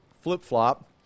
flip-flop